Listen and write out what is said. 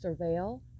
surveil